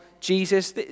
Jesus